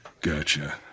Gotcha